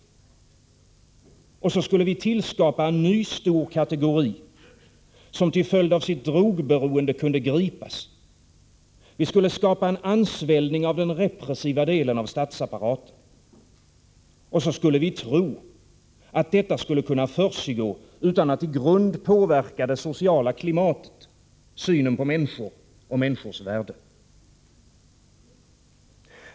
I detta läge skulle vi skapa en ny stor kategori, som till följd av sitt drogberoende kunde gripas. Vi skulle skapa en ansvällning av den repressiva delen av statsapparaten. Och så skulle vi tro att detta skulle kunna försiggå utan att i grunden påverka det sociala klimatet — synen på människor och människors värde.